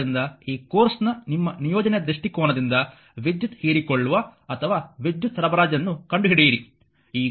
ಆದ್ದರಿಂದ ಈ ಕೋರ್ಸ್ನ ನಿಮ್ಮ ನಿಯೋಜನೆಯ ದೃಷ್ಟಿಕೋನದಿಂದ ವಿದ್ಯುತ್ ಹೀರಿಕೊಳ್ಳುವ ಅಥವಾ ವಿದ್ಯುತ್ ಸರಬರಾಜನ್ನು ಕಂಡುಹಿಡಿಯಿರಿ